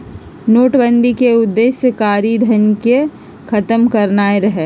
नोटबन्दि के उद्देश्य कारीधन के खत्म करनाइ रहै